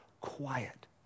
Quiet